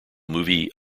movie